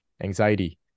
anxiety